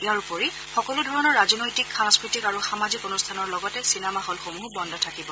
ইয়াৰ উপৰি সকলোধৰণৰ ৰাজনৈতিক সাংস্কৃতিক আৰু সামাজিক অনুষ্ঠানৰ লগতে চিনেমা হলসমূহো বন্ধ থাকিব